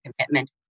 commitment